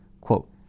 Quote